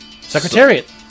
Secretariat